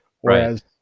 Whereas